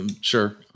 Sure